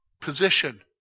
Position